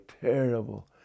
terrible